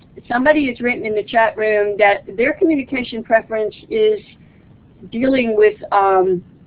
somebody has written in the chat room that their communication preference is dealing with um